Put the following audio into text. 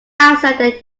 outside